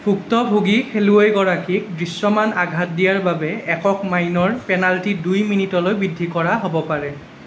ভুক্তভোগী খেলুৱৈগৰাকীক দৃশ্যমান আঘাত দিয়াৰ বাবে একক মাইনৰ পেনাল্টি দুই মিনিটলৈ বৃদ্ধি কৰা হ'ব পাৰে